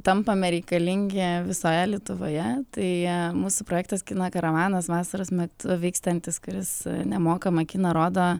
tampame reikalingi visoje lietuvoje tai mūsų projektas kino karavanas vasaros metu vykstantis kuris nemokamą kiną rodo